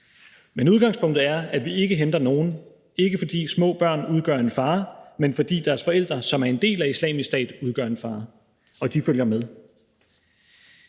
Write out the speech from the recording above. Men udgangspunktet er, at vi ikke henter nogen, ikke fordi små børn udgør en fare, men fordi deres forældre, som er en del af Islamisk Stat, udgør en fare – og de følger med.